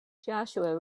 joshua